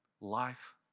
life